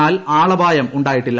എന്നാൽ ആളപായം ഉണ്ടായില്ല